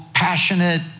Passionate